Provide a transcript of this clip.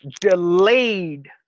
delayed